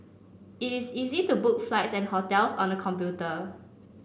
it is easy to book flights and hotels on the computer